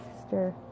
sister